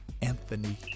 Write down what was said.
Anthony